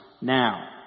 now